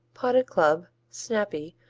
potted club, snappy,